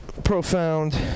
profound